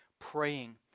praying